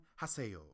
haseo